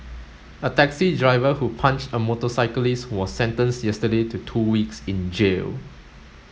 a taxi driver who punched a motorcyclist was sentenced yesterday to two weeks in jail